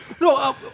No